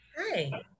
Hi